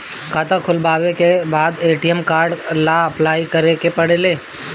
खाता खोलबाबे के बाद ए.टी.एम कार्ड ला अपलाई करे के पड़ेले का?